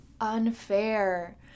unfair